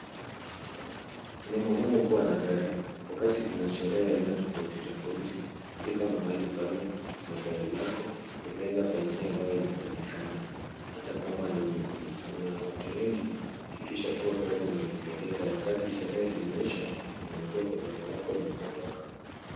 Ni muhimu kuwa na gari. Wakati kuna sherehe aina tofaut i tofauti, fika mahali pale na gari lako, egeza kwa njia ambayo inatakikana. Hata kama kuna watu wengi, hakikisha gari umeliegeza. Wakati sherehe zimeisha, unaingia kwa gari lako na kuondoka.